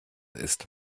ist